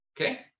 Okay